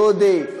דודי?